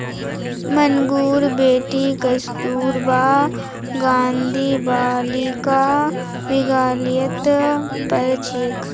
मंगूर बेटी कस्तूरबा गांधी बालिका विद्यालयत पढ़ छेक